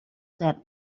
said